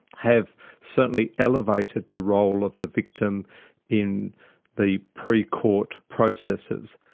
have certainly elevated the role of the victim in the pre-court processes,